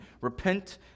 repent